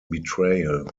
betrayal